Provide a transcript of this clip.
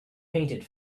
painted